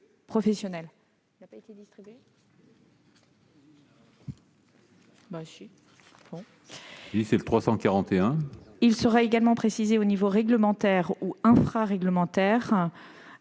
Il sera également précisé au niveau réglementaire ou infraréglementaire